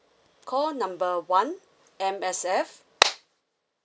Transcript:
call number one M_S_F